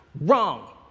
wrong